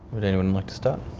would anyone like to start?